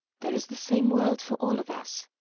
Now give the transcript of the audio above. there is the same world for all of us,